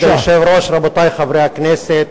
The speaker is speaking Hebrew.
אדוני היושב-ראש, רבותי חברי הכנסת,